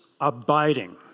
abiding